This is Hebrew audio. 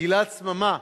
גלעד סממה,